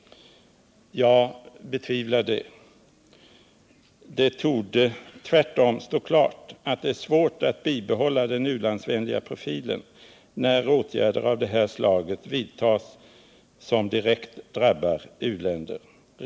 Jag betivlar detta. Det torde tvärtom stå klart att det är svårt att bibehålla den u-landsvänliga profilen, när åtgärder av det här slaget vidtas som direkt drabbar u-länder.